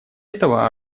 этого